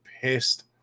pissed